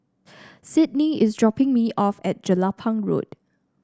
Sydney is dropping me off at Jelapang Road